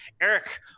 Eric